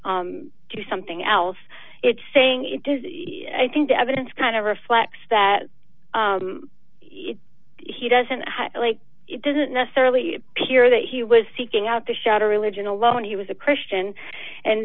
do something else it's saying it does i think the evidence kind of reflects that he doesn't like it doesn't necessarily care that he was seeking out the shadow religion alone he was a christian and